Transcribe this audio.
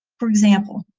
for example,